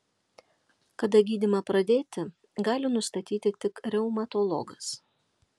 kada gydymą pradėti gali nustatyti tik reumatologas